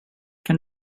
kan